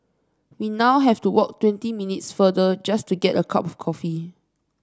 we now have to walk twenty minutes farther just to get a cup of coffee